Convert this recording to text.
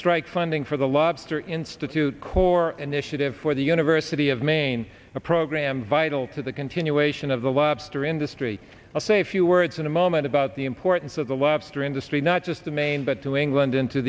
strike funding for the lobster institute corps initiative for the university of maine a program vital to the continuation of the lobster industry i'll say few words in a moment about the importance of the lobster industry not just the maine but to england